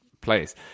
place